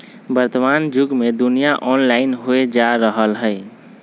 वर्तमान जुग में दुनिया ऑनलाइन होय जा रहल हइ